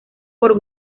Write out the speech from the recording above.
por